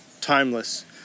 timeless